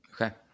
Okay